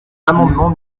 l’amendement